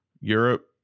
Europe